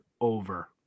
over